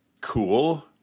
cool